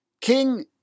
King